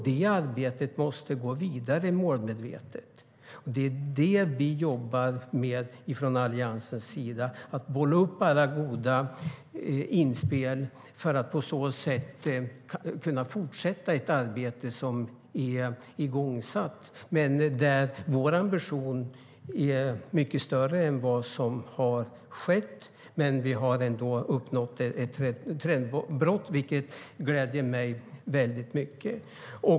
Det arbetet måste gå vidare, målmedvetet, och det är det vi jobbar med från Alliansens sida - att bolla upp alla goda inspel för att kunna fortsätta ett arbete som är igångsatt. Vår ambition är mycket större än det som har skett, men vi har ändå uppnått ett trendbrott. Det gläder mig väldigt mycket.